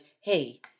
hey